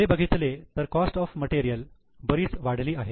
खरे बघितले तर कॉस्ट ऑफ मटेरियल बरीच वाढली आहे